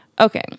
Okay